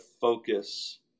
focus